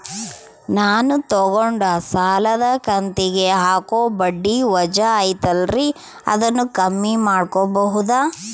ನಾನು ತಗೊಂಡ ಸಾಲದ ಕಂತಿಗೆ ಹಾಕೋ ಬಡ್ಡಿ ವಜಾ ಐತಲ್ರಿ ಅದನ್ನ ಕಮ್ಮಿ ಮಾಡಕೋಬಹುದಾ?